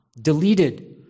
deleted